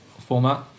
format